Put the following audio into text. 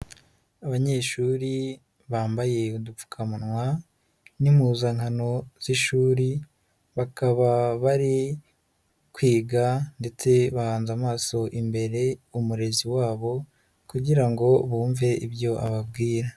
Abanyeshuri bambaye udupfukamunwa n'impuzankano by'ishuri, bakaba bari kwiga ndetse bahanze amaso imbere umurezi wabo kugira ngo bumve ibyo ababwira.